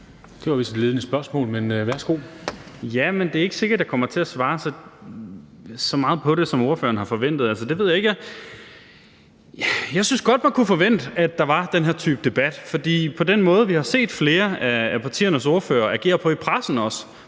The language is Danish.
Det var vist et ledende spørgsmål, men værsgo. Kl. 19:45 Carl Valentin (SF): Ja, men det er ikke sikkert, at jeg kommer til at svare på så meget af det, som ordføreren forventer. Jeg ved det ikke. Jeg synes godt, man kunne forvente, at der var den her type debat, for med den måde, vi har set flere af partiernes ordførere agere i pressen på,